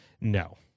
No